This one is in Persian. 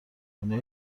خونه